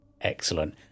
Excellent